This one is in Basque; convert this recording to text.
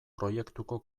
proiektuko